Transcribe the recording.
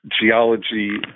geology